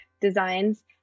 designs